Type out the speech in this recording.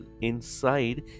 inside